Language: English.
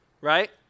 right